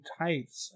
tights